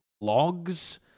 logs